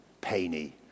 Payne